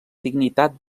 dignitat